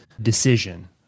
decision